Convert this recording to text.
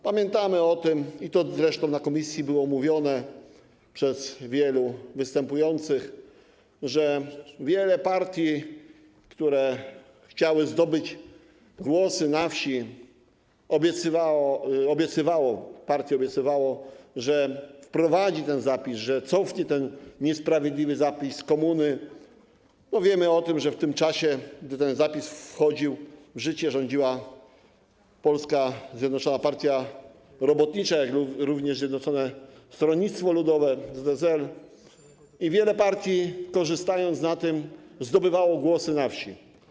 Pamiętamy o tym, i to zresztą na posiedzeniu komisji było mówione przez wielu występujących, że wiele partii, które chciały zdobyć głosy na wsi, obiecywało, że wprowadzi ten zapis, że cofnie ten niesprawiedliwy zapis komuny - bo wiemy o tym, że w czasie gdy ten zapis wchodził w życie, rządziła Polska Zjednoczona Partia Robotnicza, jak również Zjednoczone Stronnictwo Ludowe, ZSL - i wiele partii, korzystając na tym, zdobywało głosy na wsi.